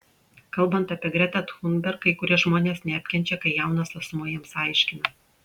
kalbant apie gretą thunberg kai kurie žmonės neapkenčia kai jaunas asmuo jiems aiškina